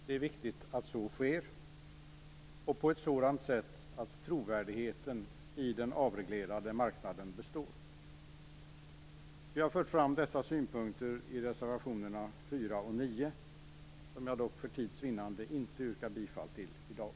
Det är viktigt att så sker och att det sker på ett sådant sätt att trovärdigheten i den avreglerade marknaden består. Vi har fört fram dessa synpunkter i reservationerna 4 och 9, vilka jag dock för tids vinnande inte yrkar bifall till i dag.